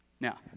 Now